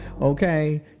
okay